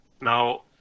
Now